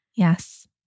Yes